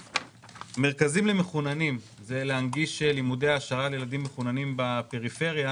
מרכזים למחוננים זה להנגיש לימודי העשרה לילדים מחוננים בפריפריה